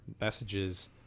messages